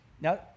Now